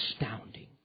astounding